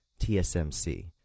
TSMC